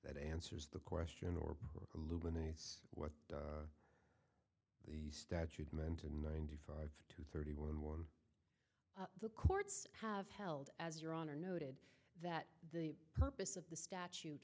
that answers the question or illuminates what the statute meant in ninety five to thirty one one the courts have held as your honor noted that the purpose of the statute